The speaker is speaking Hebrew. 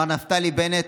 מר נפתלי בנט,